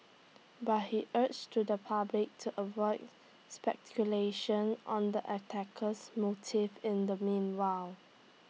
but he urged to the public to avoid speculation on the attacker's motive in the meanwhile